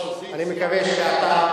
הממשלה,